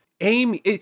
Amy